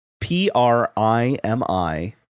p-r-i-m-i